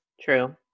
True